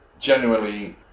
genuinely